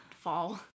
fall